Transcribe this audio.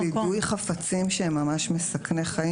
לגבי יידוי חפצים שהם ממש מסכני חיים